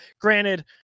Granted